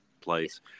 place